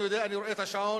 אני יודע, אני רואה את השעון.